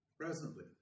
presently